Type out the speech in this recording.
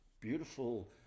beautiful